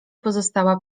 pozostała